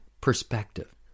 perspective